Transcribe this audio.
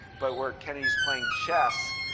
but where kennedy is playing chess.